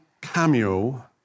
cameo